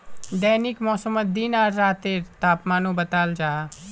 दैनिक मौसमोत दिन आर रातेर तापमानो बताल जाहा